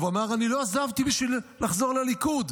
והוא אמר: אני לא עזבתי בשביל לחזור לליכוד,